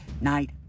night